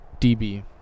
DB